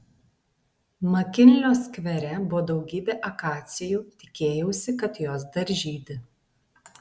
makinlio skvere buvo daugybė akacijų tikėjausi kad jos dar žydi